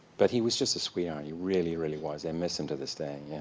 but he was just a sweetheart. he really, really was. i miss him to this day.